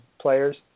players